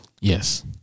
Yes